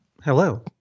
Hello